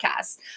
podcast